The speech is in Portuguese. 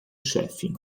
chefe